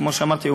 כמו שאמרתי,